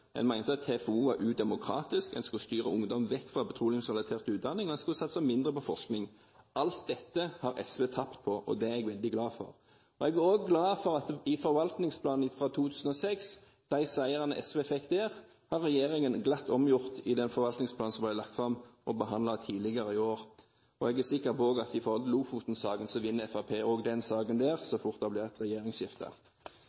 En mente TFO var udemokratisk, en skulle styre ungdom vekk fra petroleumsrelatert utdanning, og en skulle satse mindre på forskning. Alt dette har SV tapt på, og det er jeg veldig glad for. Jeg er også glad for at seirene SV fikk i forvaltningsplanen fra 2006, har regjeringen glatt omgjort i den forvaltningsplanen som ble lagt fram og behandlet tidligere i år. Jeg er sikker på at når det gjelder Lofoten-saken, vinner også Fremskrittspartiet den saken så